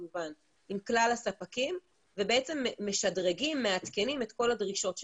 עם כלל הספקים ומשדרגים ומעדכנים את כל הדרישות שלנו.